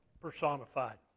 personified